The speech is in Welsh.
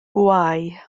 bwâu